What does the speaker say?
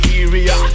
area